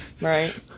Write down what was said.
right